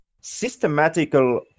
systematical